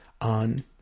on